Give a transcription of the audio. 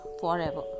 forever